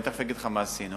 ואני תיכף אגיד לך מה עשינו,